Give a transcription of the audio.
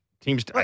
teams